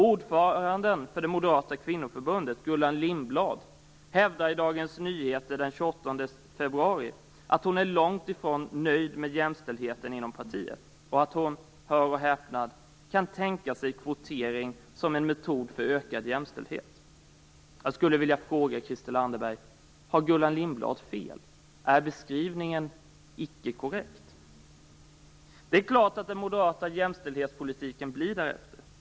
Ordföranden för det moderata kvinnoförbundet, Gullan Lindblad, hävdade i Dagens Nyheter den 28 februari att hon är långt ifrån nöjd med jämställdheten i partiet och att hon - hör och häpna! - kan tänka sig kvotering som en metod för ökad jämställdhet. Jag skulle vilja fråga Christel Anderberg om Gullan Lindblad har fel. Är beskrivningen icke korrekt? Det är klart att den moderata jämställdhetspolitiken blir därefter.